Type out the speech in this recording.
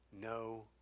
No